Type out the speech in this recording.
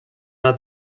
anar